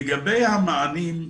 לגבי המענים.